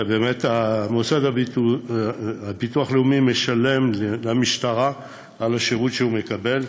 באמת הביטוח הלאומי משלם למשטרה על השירות שהוא מקבל,